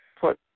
put